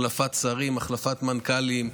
החלפת שרים, החלפת מנכ"לים,